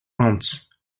ants